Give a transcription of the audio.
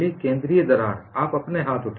केंद्रीय दरार आप अपने हाथ उठाएं